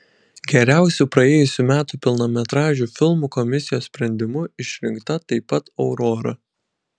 geriausiu praėjusių metų pilnametražiu filmu komisijos sprendimu išrinkta taip pat aurora